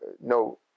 no